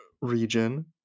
region